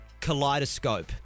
kaleidoscope